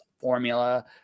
formula